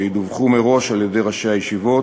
שידווחו מראש על-ידי ראשי הישיבות,